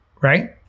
right